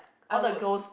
I would